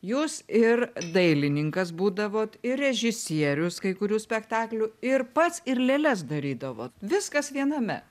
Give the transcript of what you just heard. jūs ir dailininkas būdavot ir režisierius kai kurių spektaklių ir pats ir lėles darydavot viskas viename